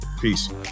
Peace